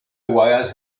wired